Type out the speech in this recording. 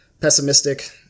pessimistic